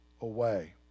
away